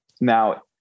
Now